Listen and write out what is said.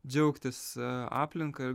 džiaugtis aplinka ir